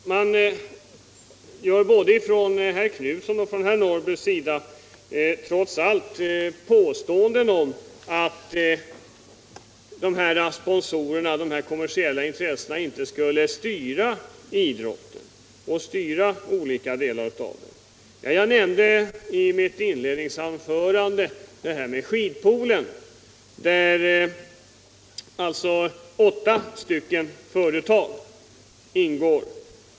Både herr Knutson och herr Norrby påstår att dessa sponsorer, kommersiella intressenter, inte skulle styra delar av idrotten. I mitt inledningsanförande talade jag om den s.k. skidpoolen, i vilken åtta företag 110 ingår.